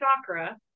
chakra